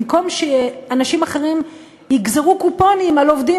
במקום שאנשים אחרים יגזרו קופונים על עובדים